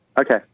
Okay